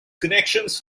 connections